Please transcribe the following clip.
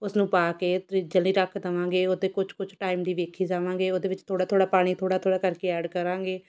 ਉਸਨੂੰ ਪਾ ਕੇ ਰਿੱਝਣ ਲਈ ਰੱਖ ਦੇਵਾਂਗੇ ਉਹਦੇ ਕੁਛ ਕੁਛ ਟਾਈਮ ਦੀ ਵੇਖੀ ਜਾਵਾਂਗੇ ਉਹਦੇ ਵਿੱਚ ਥੋੜ੍ਹਾ ਥੋੜ੍ਹਾ ਪਾਣੀ ਥੋੜ੍ਹਾ ਥੋੜ੍ਹਾ ਕਰਕੇ ਐਡ ਕਰਾਂਗੇ